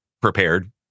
prepared